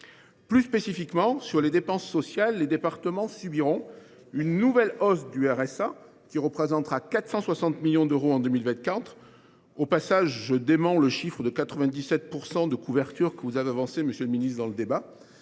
Plus spécifiquement, sur les dépenses sociales, les départements subiront une nouvelle hausse du RSA, qui représentera 460 millions d’euros en 2024 – au passage, je conteste le chiffre de 97,5 % de couverture que vous avez avancé précédemment, monsieur le ministre –, un reste